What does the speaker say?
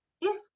Yes